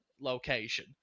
location